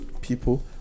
people